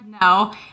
no